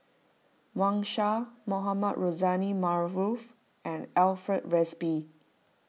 Wang Sha Mohamed Rozani Maarof and Alfred Frisby